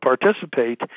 participate